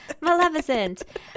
Maleficent